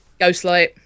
Ghostlight